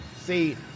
See